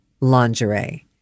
lingerie